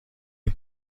این